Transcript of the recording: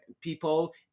people